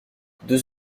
deux